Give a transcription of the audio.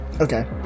Okay